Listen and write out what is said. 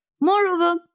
Moreover